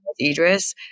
Idris